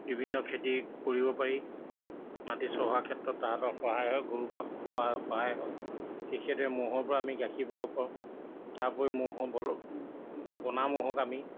বিভিন্ন খেতি কৰিব পাৰি মাটি চহা ক্ষেত্ৰত তাহাঁতৰ সহায় হয় গৰু পা সহায় হয় ঠিক সেইদৰে ম'হৰ পৰা আমি গাখীৰ পাব পাৰো তাৰ ওপৰি ম'হ ব'ল গোণা ম'হক আমি